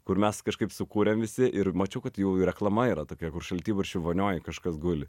kur mes kažkaip sukūrėm visi ir mačiau kad jau reklama yra tokia kur šaltibarščių vonioj kažkas guli